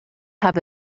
have